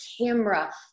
camera